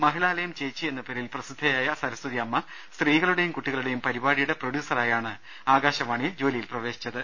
മഹിളാലയം ചേച്ചി എന്ന പേരിൽ പ്രസിദ്ധയായ സരസ്വതിഅമ്മ സ്ത്രീകളുടേയും കുട്ടികളുടേയും പരിപാടിയുടെ പ്രൊഡ്യൂസറായാണ് ആകാശവാണിയിൽ ജോലിയിൽ പ്രവേശിച്ചത്